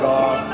God